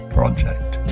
Project